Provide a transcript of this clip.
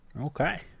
Okay